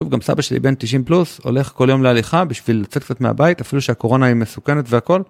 וגם סבא שלי בן 90 פלוס הולך כל יום להליכה בשביל לצאת קצת מהבית, אפילו שהקורונה היא מסוכנת והכל.